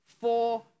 four